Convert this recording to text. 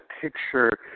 picture